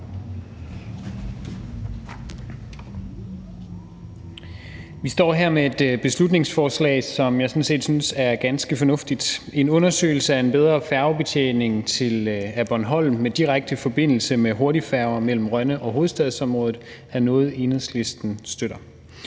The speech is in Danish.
Vi står her med et beslutningsforslag, som jeg sådan set synes er ganske fornuftigt. En undersøgelse af en bedre færgebetjening af Bornholm med direkte forbindelse med en hurtigfærge mellem Rønne og hovedstadsområdet er noget, Enhedslisten støtter.